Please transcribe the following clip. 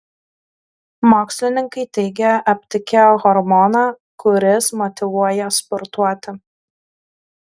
mokslininkai teigia aptikę hormoną kuris motyvuoja sportuoti